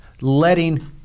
letting